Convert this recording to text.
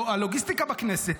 או הלוגיסטיקה בכנסת,